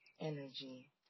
energy